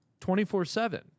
24-7